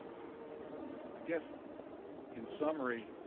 and i guess in summary,